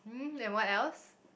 mm and what else